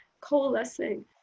coalescing